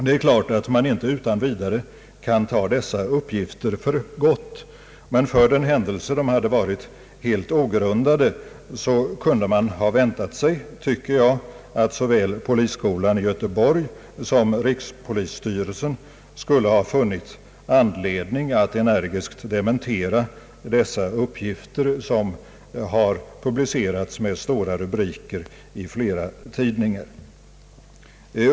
Det är klart att man inte utan vidare kan ta dessa uppgifter för gott, men för den händelse de hade varit helt ogrundade kunde man ha väntat sig, tycker jag, att såväl polisskolan i Göteborg som rikspolisstyrelsen skulle ha funnit anledning att energiskt dementera dessa uppgifter som har publicerats med stora rubriker i flera tidningar.